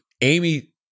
Amy